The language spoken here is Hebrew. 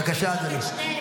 בבקשה, אדוני.